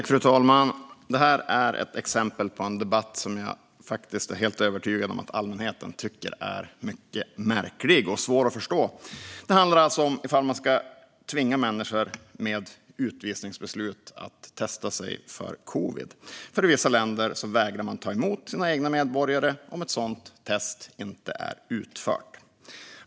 Fru talman! Det här är ett exempel på en debatt som jag är helt övertygad om att allmänheten tycker är mycket märklig och svår att förstå. Det handlar alltså om man ska tvinga människor med utvisningsbeslut att testa sig för covid. I vissa länder vägrar man nämligen att ta emot sina egna medborgare om ett sådant test inte är utfört.